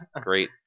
great